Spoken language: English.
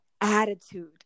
attitude